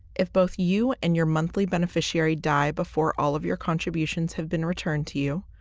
if both you and your monthly beneficiary die before all of your contributions have been returned to you,